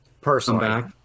personally